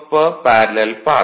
per parallel path